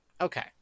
Okay